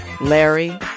Larry